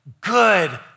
Good